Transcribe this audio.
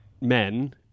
men